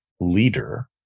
leader